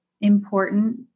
important